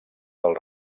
del